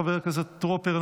חבר הכנסת טרופר,